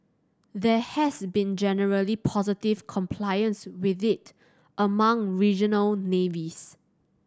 there has been generally positive compliance with it among regional navies